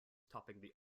topping